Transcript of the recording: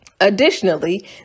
Additionally